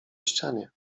ścianie